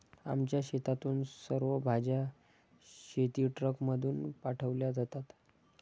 आमच्या शेतातून सर्व भाज्या शेतीट्रकमधून पाठवल्या जातात